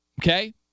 okay